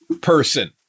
person